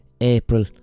april